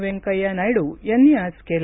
वेंकच्या नायडू यांनी आज केलं